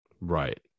Right